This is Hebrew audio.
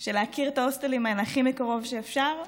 של להכיר את ההוסטלים האלה הכי קרוב שאפשר,